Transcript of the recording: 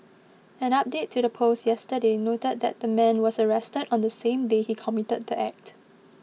an update to the post yesterday noted that the man was arrested on the same day he committed the act